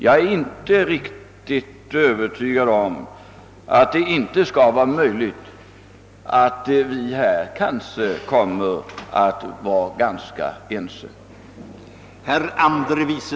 Jag är inte riktigt övertygad om att det inte skall vara möjligt för oss att bli ganska ense.